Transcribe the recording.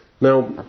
now